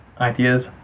Ideas